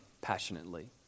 passionately